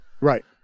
right